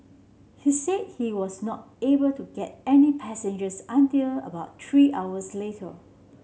he said he was not able to get any passengers until about three hours later